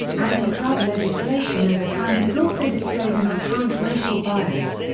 anti-drug legislation over time has also displayed an apparent racial bias.